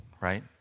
Right